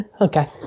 Okay